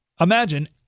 imagine